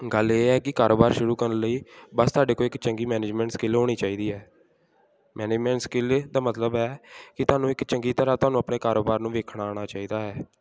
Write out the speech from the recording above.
ਗੱਲ ਇਹ ਹੈ ਕਿ ਕਾਰੋਬਾਰ ਸ਼ੁਰੂ ਕਰਨ ਲਈ ਬਸ ਤੁਹਾਡੇ ਕੋਲ ਇੱਕ ਚੰਗੀ ਮੈਨੇਜਮੈਂਟ ਸਕਿਲ ਹੋਣੀ ਚਾਹੀਦੀ ਹੈ ਮੈਨੇਜਮੈਂਟ ਸਕਿਲ ਦਾ ਮਤਲਬ ਹੈ ਕਿ ਤੁਹਾਨੂੰ ਇੱਕ ਚੰਗੀ ਤਰ੍ਹਾਂ ਤੁਹਾਨੂੰ ਆਪਣੇ ਕਾਰੋਬਾਰ ਨੂੰ ਵੇਖਣਾ ਆਉਣਾ ਚਾਹੀਦਾ ਹੈ